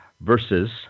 versus